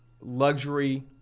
luxury